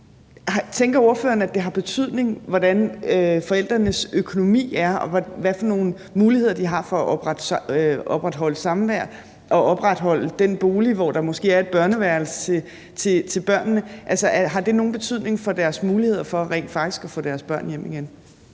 tænker, at det har betydning, hvordan forældrenes økonomi er, og hvilke muligheder de har for at opretholde samvær og opretholde den bolig, hvor der måske er et børneværelse til børnene. Har det nogen betydning for deres muligheder for rent faktisk at få deres børn hjem igen?